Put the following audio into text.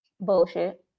Bullshit